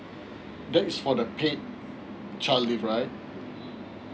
that is for the paid child leave right